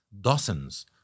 dozens